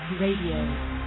Radio